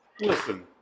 Listen